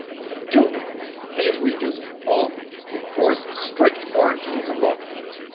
we do know that these regions all enforce strict quarantines and lockdowns.